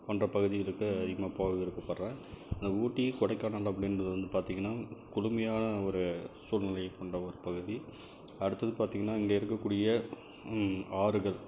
போன்ற பகுதிகளுக்கு அதிகமாக போக விருப்பப்படுகிறேன் இந்த ஊட்டி கொடைக்கானல் அப்படின்றது வந்து பார்த்திங்கன்னா குளுமையாக ஒரு சூழ்நிலையை கொண்ட ஒரு பகுதி அடுத்தது பார்த்திங்கன்னா அங்கே இருக்கக்கூடிய ஆறுகள்